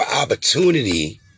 opportunity